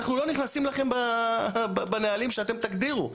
אנחנו לא נכנסים לכם בנהלים שאתם תגדירו,